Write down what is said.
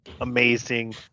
Amazing